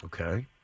Okay